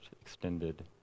extended